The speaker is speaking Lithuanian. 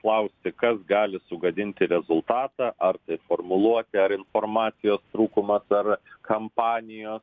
klausti kas gali sugadinti rezultatą ar tai formuluotė ar informacijos trūkumas ar kampanijos